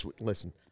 listen